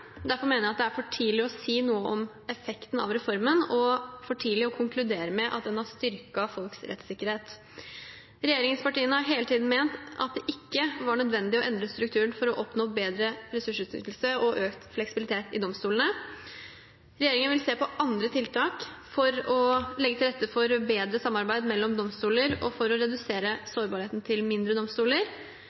Derfor mener jeg det er for tidlig å si noe om effekten av reformen, og for tidlig å konkludere med at den har styrket folks rettssikkerhet. Regjeringspartiene har hele tiden ment at det ikke var nødvendig å endre strukturen for å oppnå bedre ressursutnyttelse og økt fleksibilitet i domstolene. Regjeringen vil se på andre tiltak for å legge til rette for bedre samarbeid mellom domstoler og for å redusere sårbarheten til mindre domstoler.